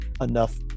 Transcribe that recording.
enough